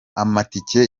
amatike